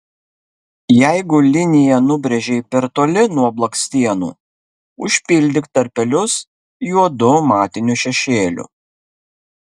jeigu liniją nubrėžei per toli nuo blakstienų užpildyk tarpelius juodu matiniu šešėliu